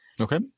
Okay